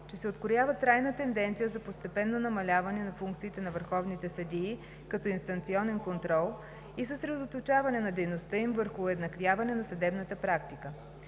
че се откроява трайна тенденция за постепенно намаляване на функциите на върховните съдии като инстанционен контрол и съсредоточаване на дейността им върху уеднаквяване на съдебната практиката.